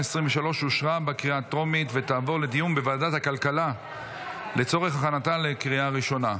אושרה בקריאה הטרומית ותעבור לוועדת הכלכלה לצורך הכנתה לקריאה ראשונה.